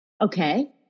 Okay